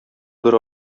бер